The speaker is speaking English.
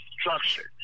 structured